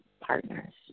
partners